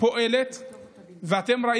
ובגלל שאין ועדת שרים לחקיקה אז העמדה הרשמית